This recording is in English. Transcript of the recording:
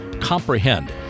comprehend